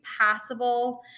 possible